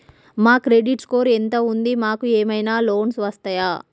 మా credit score ఎంత ఉంది? మాకు ఏమైనా లోన్స్ వస్తయా?